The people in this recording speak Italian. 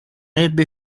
ebbe